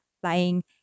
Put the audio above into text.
flying